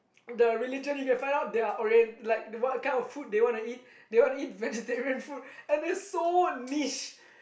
the religion you can find out their orien~ like what kind of food they want to eat they wanna vegetarian food and it's so niche